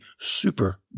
super